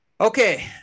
Okay